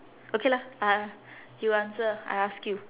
okay lah uh you answer I ask you